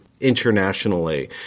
internationally